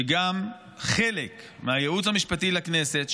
שגם חלק מהייעוץ המשפטי לכנסת,